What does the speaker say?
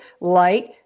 light